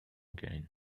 gain